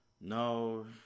No